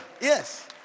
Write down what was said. Yes